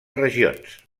regions